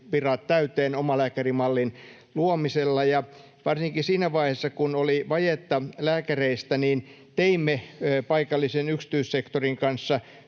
täyteen omalääkärimallin luomisella. Varsinkin siinä vaiheessa, kun oli vajetta lääkäreistä, teimme paikallisen yksityissektorin kanssa